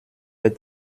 est